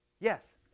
Yes